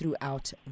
throughout